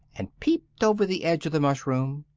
and peeped over the edge of the mushroom,